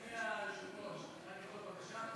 אדוני היושב-ראש, אני יכול בקשה?